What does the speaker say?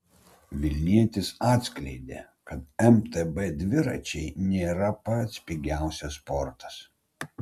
vilnietis atskleidė kad mtb dviračiai nėra pats pigiausias sportas